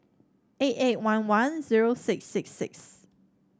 eight eight one one zero six six six